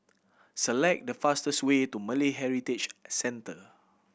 select the fastest way to Malay Heritage Centre